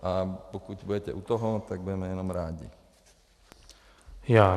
A pokud budete u toho, tak budeme jenom rádi.